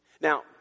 Now